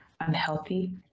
unhealthy